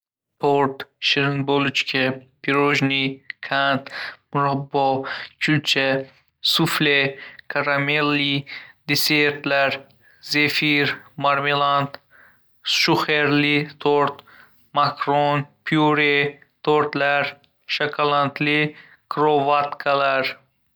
Tort, shirin bulochka, pirojnoe, qand, murabbo, kulcha, sufle, karamelli desertlar, zefir, marmelad, shuherli tort, makaron, pyure tortlar, shokoladli krovatkalar.